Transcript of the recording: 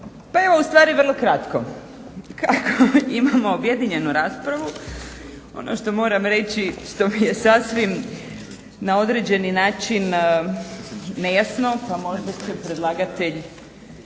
Pa evo ustvari vrlo kratko. Kako imamo objedinjenu raspravu, ono što moram reći, što mi je sasvim na određeni način nejasno, pa možda će predlagatelj